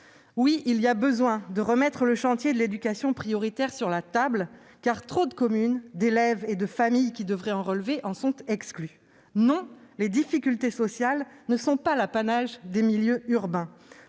Oui, il y a besoin de remettre le chantier de l'éducation prioritaire sur la table, car trop de communes, d'élèves et de familles qui devraient en relever en sont exclus. Non, les difficultés sociales ne sont pas l'apanage des milieux urbains,